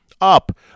Up